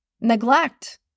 neglect